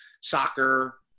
soccer